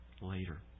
later